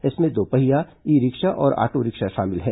इसमें दोपहिया e rickshaw और आटो रिक्शा शामिल हैं